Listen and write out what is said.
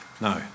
No